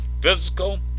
physical